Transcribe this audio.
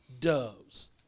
doves